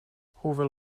hoeveel